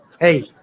Hey